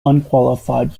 unqualified